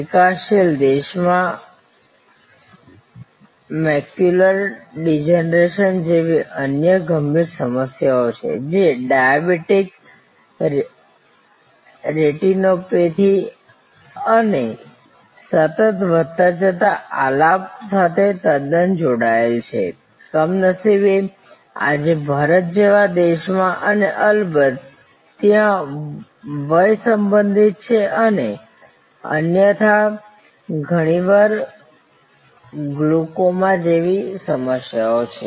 વિકાસશીલ દેશોમાં macular degeneration જેવી અન્ય ગંભીર સમસ્યાઓ છે જે ડાયાબિટીક રેટિનોપેથી અને સતત વધતા જતાં આલાપ સાથે તદ્દન જોડાયેલ છે કમનસીબે આજે ભારત જેવા દેશમાં અને અલબત્ત ત્યાં વય સંબંધિત છે અને અન્યથા ઘણીવાર ગ્લુકોમા જેવી સમસ્યાઓ છે